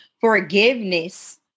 forgiveness